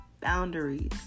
boundaries